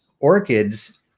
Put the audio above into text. Orchids